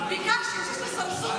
ביקשתי שתסמסו לי.